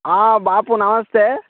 బాపు నమస్తే